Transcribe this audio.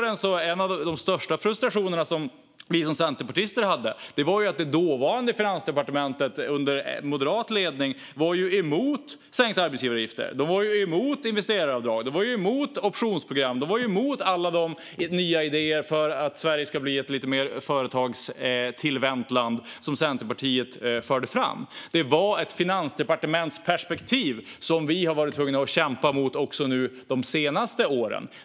En av de största frustrationerna som vi centerpartister hade under alliansåren var att det dåvarande Finansdepartementet under moderat ledning var emot sänkta arbetsgivaravgifter, investeraravdrag, optionsprogram och alla de nya idéer som Centerpartiet förde fram för att Sverige ska bli ett lite mer företagstillvänt land. Det var ett finansdepartementsperspektiv som vi har varit tvungna att kämpa mot också nu de senaste åren.